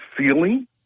ceiling